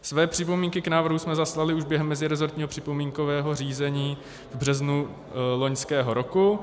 Své připomínky k návrhu jsme zaslali už během meziresortního připomínkového řízení v březnu loňského roku.